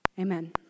Amen